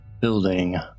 building